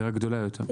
דירה גדולה יותר.